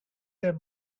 their